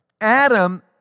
Adam